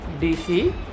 DC